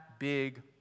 big